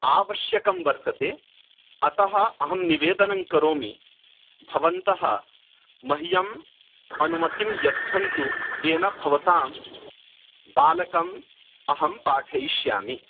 आवश्यकं वर्तते अतः अहं निवेदनं करोमि भवन्तः मह्यम् अनुमतिं यच्छन्तु येन भवतां बालकम् अहं पाठयिष्यामि